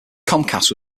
comcast